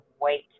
wait